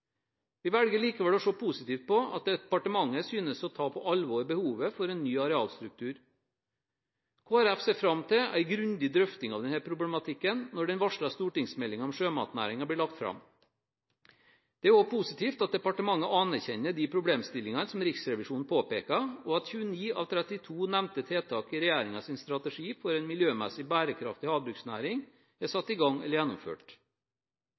Vi velger likevel å se positivt på at departementet synes å ta på alvor behovet for en ny arealstruktur. Kristelig Folkeparti ser fram til en grundig drøfting av denne problematikken når den varslede stortingsmeldingen om sjømatnæringen blir lagt fram. Det er også positivt at departementet anerkjenner de problemstillingene som Riksrevisjonen påpeker, og at 29 av 32 nevnte tiltak i regjeringens strategi for en miljømessig bærekraftig havbruksnæring er satt i gang eller gjennomført.